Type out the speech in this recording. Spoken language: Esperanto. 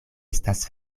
estas